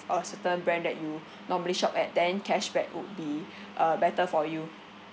a certain brand that you normally shop at then cashback would be uh better for you